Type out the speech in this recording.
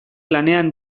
lanean